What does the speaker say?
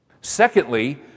Secondly